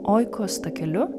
oikos takeliu